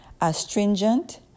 astringent